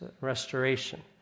restoration